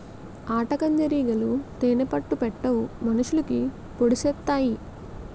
ఆటకందిరీగలు తేనే పట్టు పెట్టవు మనుషులకి పొడిసెత్తాయి